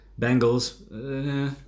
Bengals